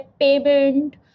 payment